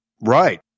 Right